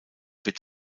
wird